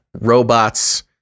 robots